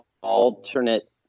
alternate